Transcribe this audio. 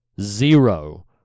zero